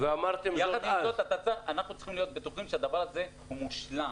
יחד עם זאת אנחנו צריכים להיות בטוחים שהדבר הזה הוא מושלם.